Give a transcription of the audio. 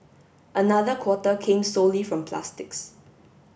another quarter came solely from plastics